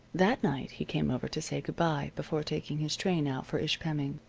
that night he came over to say good-bye before taking his train out for ishpeming.